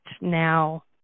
now